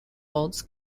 olds